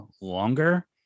longer